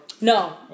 No